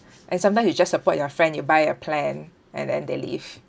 and sometimes you just support your friend you buy a plan and then they leave